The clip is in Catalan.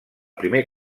primer